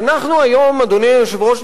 אדוני היושב-ראש,